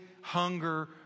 hunger